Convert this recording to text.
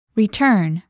return